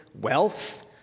wealth